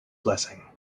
blessing